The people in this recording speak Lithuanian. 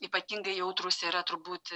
ypatingai jautrūs yra turbūt